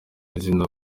izina